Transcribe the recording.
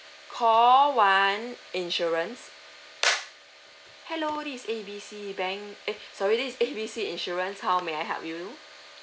call one insurance hello this is A B C bank eh sorry this is A B C insurance how may I help you